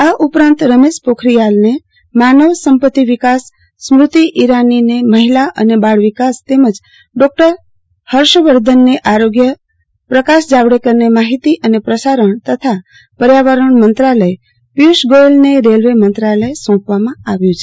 આ ઉપરાંત રમેશ પોખરીયાલને માનવ સંપત્તિ વિકાસ સ્મૂતિ ઇરાની મહિલા અને બાળવિકાસ ડોકટર હર્ષવર્ધનને આરોગ્ય પ્રકાશ જાવડેકરને માહિતી અને પ્રસારણ તથા પર્યાવરણ મંત્રાલય પિયુષ ગોયેલને રેલવે મંત્રાલય સોંપવામાં આવ્યું છે